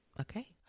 Okay